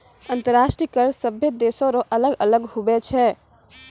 अंतर्राष्ट्रीय कर सभे देसो रो अलग अलग हुवै छै